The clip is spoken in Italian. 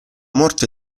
morte